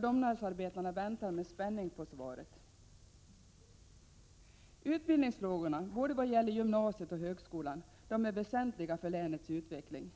Domnarvsarbetarna väntar med spänning på svaret. Utbildningsfrågorna — vad gäller både gymnasiet och högskolan — är väsentliga för länets utveckling.